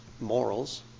morals